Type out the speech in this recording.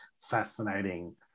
fascinating